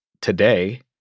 today